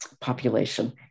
population